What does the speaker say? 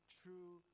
true